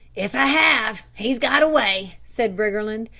if i have, he's got away, said briggerland.